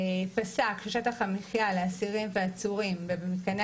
פסק ששטח המחיה לאסירים ועצורים במתקני